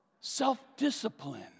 self-discipline